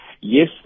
Yes